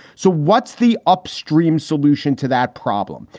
so what's the upstream solution to that problem?